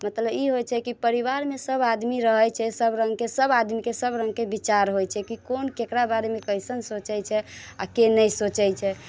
मतलब ई होइत छै कि परिवारमे सभ आदमी रहैत छै सभ रङ्गके सभ आदमीके सभ रङ्गके विचार होइत छै कि कोन केकरा बारेमे कइसन सोचैत छै आ कि नहि सोचैत छै